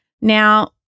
Now